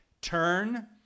Turn